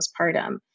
postpartum